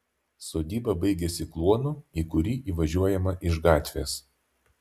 sodyba baigiasi kluonu į kurį įvažiuojama iš gatvės